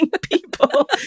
people